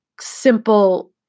simple